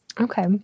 Okay